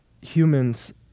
Humans